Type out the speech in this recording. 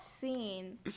scene